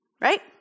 Right